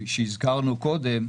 שהזכרנו קודם,